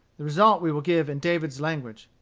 the result we will give in david's language.